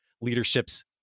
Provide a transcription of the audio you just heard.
leadership's